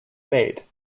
made